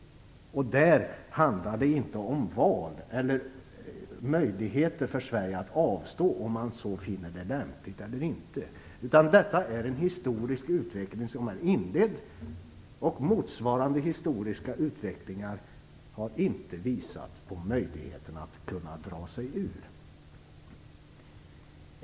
Det handlar inte om ett val eller möjligheter för Sverige att avstå om man så skulle finna vara lämpligt. Nu har en historisk utveckling inletts. Motsvarande historiska utvecklingar har inte visat på någon möjlighet att dra sig ur.